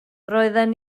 roedden